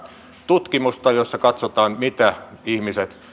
tutkimusta jossa katsotaan mitä ihmiset